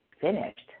finished